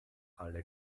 alle